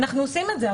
אנחנו עושים את זה.